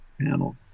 panel